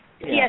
yes